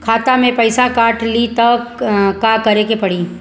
खाता से पैसा काट ली त का करे के पड़ी?